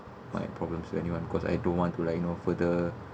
my problems with anyone cause I don't want to like you know further